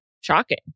shocking